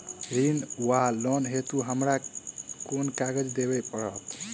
ऋण वा लोन हेतु हमरा केँ कागज देबै पड़त?